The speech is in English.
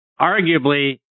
arguably